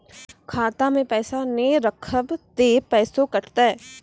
खाता मे पैसा ने रखब ते पैसों कटते?